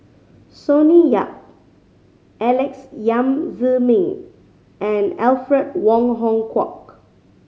Sonny Yap Alex Yam Ziming and Alfred Wong Hong Kwok